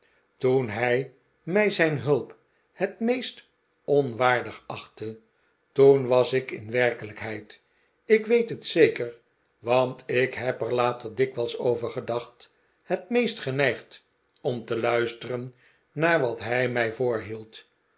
toen hij mij zijn hulp het meest onwaardig achtte toen was ik in werkelijkheid ik weet het zeker want ik heb er later dikwijls over gedacht het meest geneigd om te luisteren naar wat hij mij